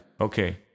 Okay